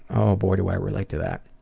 oh boy, do i relate to that.